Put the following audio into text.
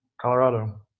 Colorado